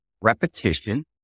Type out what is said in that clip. repetition